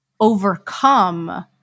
overcome